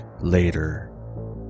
later